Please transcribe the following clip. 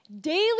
daily